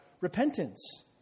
repentance